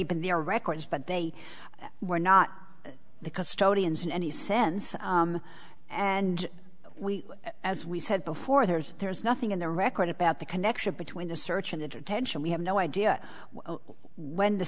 in their records but they were not the custodians in any sense and we as we said before there's there's nothing in the record about the connection between the search and the detention we have no idea when the